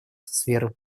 сферы